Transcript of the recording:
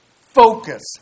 focus